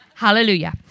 Hallelujah